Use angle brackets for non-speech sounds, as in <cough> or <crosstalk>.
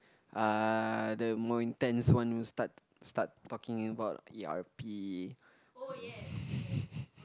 uh the more intense one will start start talking about e_r_p <laughs>